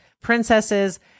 princesses